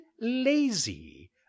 lazy